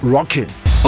Rockin